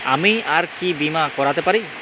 আমি আর কি বীমা করাতে পারি?